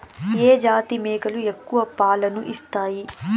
ఏ జాతి మేకలు ఎక్కువ పాలను ఇస్తాయి?